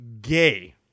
gay